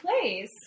place